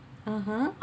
(uh huh)